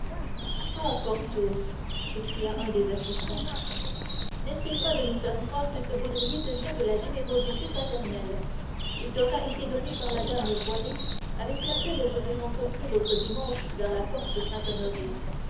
ah porthos s'écria un des assistants n'essaie pas de nous faire croire que ce baudrier te vient de la générosité paternelle il t'aura été donné par la dame voilée avec laquelle je t'ai rencontré l'autre dimanche vers la porte